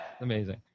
Amazing